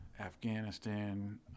Afghanistan